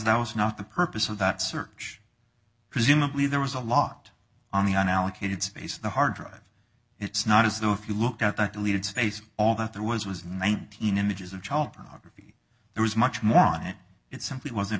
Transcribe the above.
that was not the purpose of that search presumably there was a lot on the on allocated space the hard drive it's not as though if you look at the deleted space all that there was was nineteen images of child pornography there was much more on it it simply wasn't